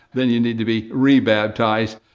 then you need to be rebaptized.